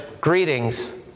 greetings